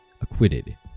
acquitted